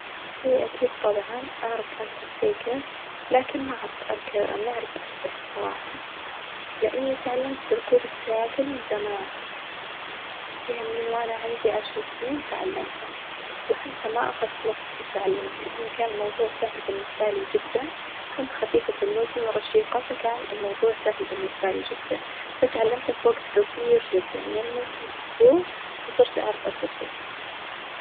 إيه أكيد طبعًا أعرف أركب سايكل لكن ما أعرف أرك- ما أعرف أسبح الصراحة، لإني تعلمت ركوب السياكل من زمان يعني من وأنا عندي عشر سنين تعلمتها، وحتى ما أخذت وجت في تعلمها، لإن كان الموضوع سهل بالنسبة لي جدا كنت خفيفة الوزن ورشيقة فكان الموضوع سهل بالنسبالي جدًا فتعلمت في وجت جصير جدًا يعني ممكن أسبوع وصرت أعرف أركب سايكل.